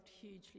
hugely